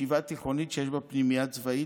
ישיבה תיכונית שיש בה פנימייה צבאית,